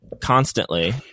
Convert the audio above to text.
constantly